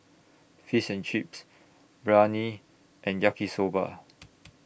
Fish and Chips Biryani and Yaki Soba